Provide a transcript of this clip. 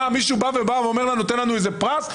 האם מישהו נותן לנו פרס?